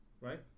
right